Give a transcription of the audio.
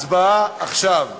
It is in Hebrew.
הצבעה עכשיו.